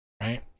right